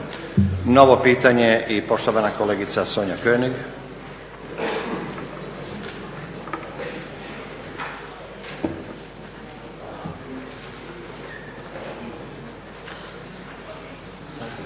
Novo pitanje i poštovana kolegica Sonja König.